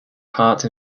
part